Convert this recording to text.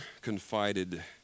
confided